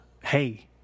Hey